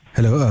Hello